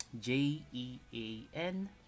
J-E-A-N